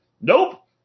Nope